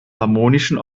harmonischen